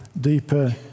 deeper